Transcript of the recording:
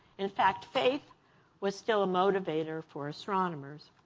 in fact, faith was still a motivator for astronomers.